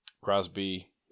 Crosby